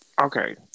Okay